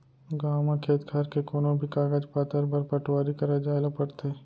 गॉंव म खेत खार के कोनों भी कागज पातर बर पटवारी करा जाए ल परथे